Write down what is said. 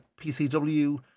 PCW